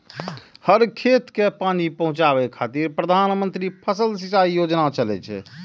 हर खेत कें पानि पहुंचाबै खातिर प्रधानमंत्री फसल सिंचाइ योजना चलै छै